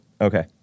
Okay